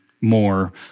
more